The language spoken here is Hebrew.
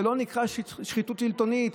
זה לא נקרא שחיתות שלטונית?